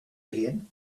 again